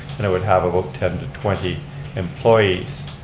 and it would have about ten to twenty employees.